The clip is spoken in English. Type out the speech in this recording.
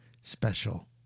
Special